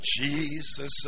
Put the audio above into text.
Jesus